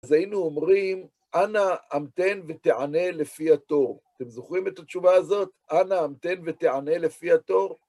אז היינו אומרים, אנא המתן ותענה לפי התור. אתם זוכרים את התשובה הזאת? אנא המתן ותענה לפי התור?